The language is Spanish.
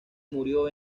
murió